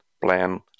plan